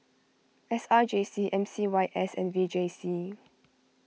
S R J C M C Y S and V J C